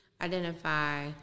identify